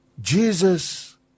jesus